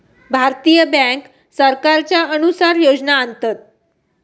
भारतीय बॅन्क सरकारच्या अनुसार योजना आणतत